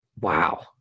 Wow